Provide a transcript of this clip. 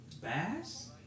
bass